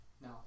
No